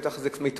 בטח זה מתמעט,